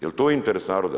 Jel to interes naroda?